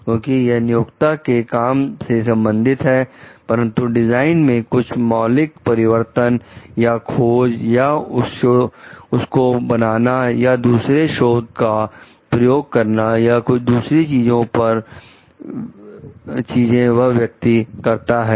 क्योंकि यह नियोक्ता के काम से संबंधित है परंतु डिजाइन में कुछ मौलिक परिवर्तन या खोज या उसको बनाना या दूसरे शोध का प्रयोग करना या कुछ दूसरी चीजें वह व्यक्ति करता है